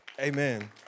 Amen